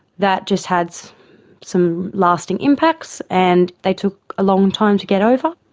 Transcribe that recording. that just had so some lasting impacts, and they took a long time to get over.